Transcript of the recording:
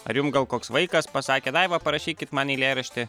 ar jum gal koks vaikas pasakė daiva parašykit man eilėraštį